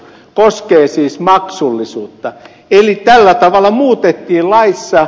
koskee siis maksullisuutta eli tällä tavalla muutettiin laissa